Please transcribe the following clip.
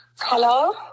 Hello